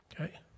okay